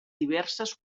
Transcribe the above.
diverses